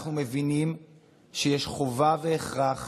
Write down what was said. אנחנו מבינים שיש חובה והכרח